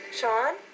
Sean